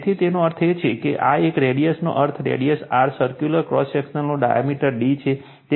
તેથી તેનો અર્થ એ છે કે આ એક રેડિયસનો અર્થ રેડિયસ R સર્કુલર ક્રોસ સેક્શનનો ડાયામીટર d છે